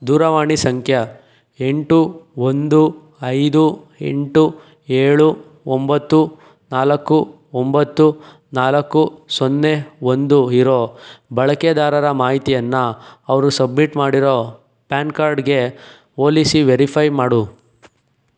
ದೂರವಾಣಿ ಸಂಖ್ಯೆ ಎಂಟು ಒಂದು ಐದು ಎಂಟು ಏಳು ಒಂಬತ್ತು ನಾಲ್ಕು ಒಂಬತ್ತು ನಾಲ್ಕು ಸೊನ್ನೆ ಒಂದು ಇರೋ ಬಳಕೆದಾರರ ಮಾಹಿತಿಯನ್ನು ಅವರು ಸಬ್ಮಿಟ್ ಮಾಡಿರೋ ಪ್ಯಾನ್ ಕಾರ್ಡ್ಗೆ ಹೋಲಿಸಿ ವೆರಿಫ಼ೈ ಮಾಡು